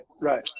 right